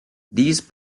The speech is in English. these